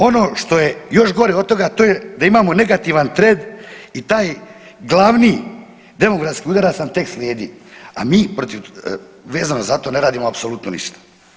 Ono što je još gore od toga to je da imamo negativan trend i taj glavni demografski udarac nam tek slijedi, a mi vezano za to ne radimo apsolutno ništa.